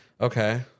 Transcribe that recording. Okay